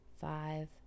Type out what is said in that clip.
five